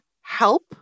help